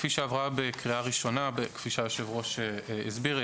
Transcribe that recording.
כפי שעברה בקריאה ראשונה וכפי שהיושב-ראש הסביר,